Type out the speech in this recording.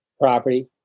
property